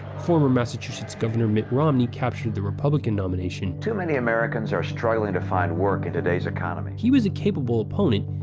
former massachusetts governor mitt romney captured the republican nomination. too many americans are struggling to find work in today's economy. he was a capable opponent,